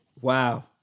Wow